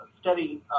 steady